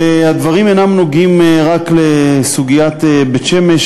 הדברים אינם נוגעים רק לסוגיית בית-שמש,